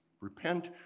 Repent